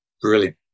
Brilliant